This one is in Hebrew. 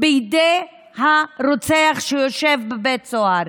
בידי הרוצח, שיושב בבית סוהר.